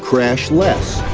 crashed less.